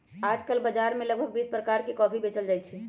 आजकल बाजार में लगभग बीस प्रकार के कॉफी बेचल जाहई